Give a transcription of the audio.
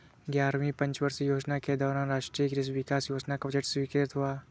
ग्यारहवीं पंचवर्षीय योजना के दौरान राष्ट्रीय कृषि विकास योजना का बजट स्वीकृत हुआ